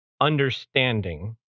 understanding